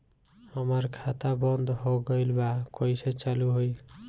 हमार खाता बंद हो गइल बा कइसे चालू होई?